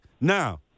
Now